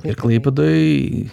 ir klaipėdoj